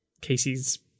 casey's